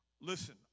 Listen